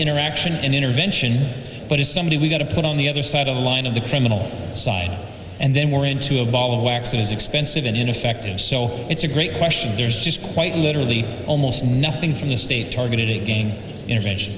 interaction and intervention but if somebody we've got to put on the other side of the line of the criminal side and then we're into a ball of wax it is expensive and ineffective so it's a great question there's just quite literally almost nothing from the state targeted a gang intervention